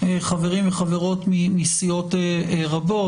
חברים וחברות מסיעות רבות,